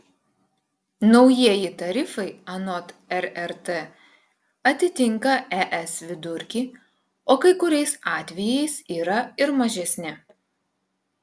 naujieji tarifai anot rrt atitinka es vidurkį o kai kuriais atvejais yra ir mažesni